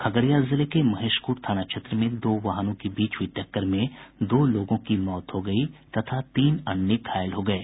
खगड़िया जिले के महेशखूंट थाना क्षेत्र में दो वाहनों के बीच हुयी टक्कर में दो लोगों की मौत हो गयी तथा तीन अन्य घायल हो गये